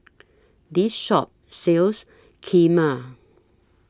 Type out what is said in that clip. This Shop sells Kheema